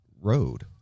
road